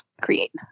create